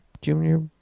junior